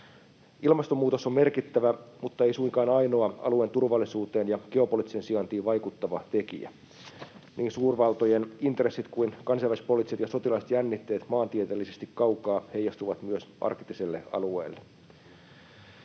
Ilmastonmuutos on merkittävä mutta ei suinkaan ainoa alueen turvallisuuteen ja geopoliittiseen sijaintiin vaikuttava tekijä. Niin suurvaltojen intressit kuin kansainvälispoliittiset ja sotilaalliset jännitteet maantieteellisesti kaukaa heijastuvat myös arktiselle alueelle.